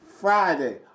Friday